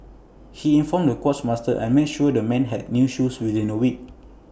he informed the quartermaster and made sure the men had new shoes within A week